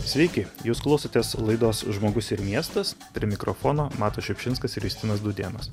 sveiki jūs klausotės laidos žmogus ir miestas prie mikrofono matas šiupšinskas ir justinas dūdėnas